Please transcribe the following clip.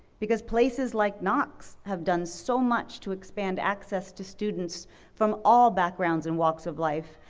because places like knox have done so much to expand access to students from all backgrounds and walks of life,